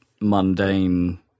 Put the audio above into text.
mundane